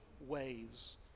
ways